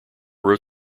wrote